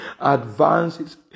advances